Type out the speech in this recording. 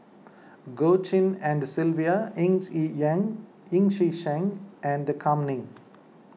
Goh Tshin and Sylvia Ng Sheng and Kam Ning